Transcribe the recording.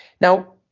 Now